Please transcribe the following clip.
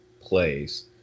plays